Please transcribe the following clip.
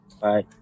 Bye